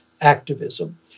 activism